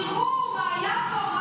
תראו מה היה פה,